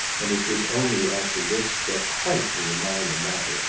and it was only after this that, quite as a minor matter,